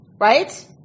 Right